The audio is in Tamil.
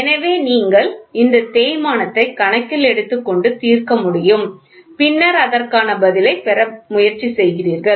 எனவே நீங்கள் இந்த தேய்மானத்தை கணக்கில் எடுத்துக்கொண்டு தீர்க்க முடியும் பின்னர் அதற்கான பதிலைப் பெற முயற்சி செய்கிறீர்கள்